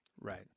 Right